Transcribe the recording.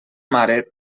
mare